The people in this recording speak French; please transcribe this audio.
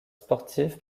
sportive